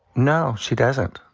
no, she doesn't.